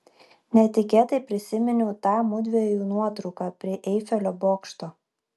netikėtai prisiminiau tą mudviejų nuotrauką prie eifelio bokšto